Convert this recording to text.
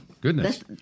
Goodness